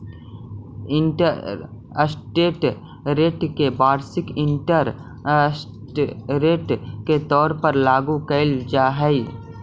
interest rate के वार्षिक interest rate के तौर पर लागू कईल जा हई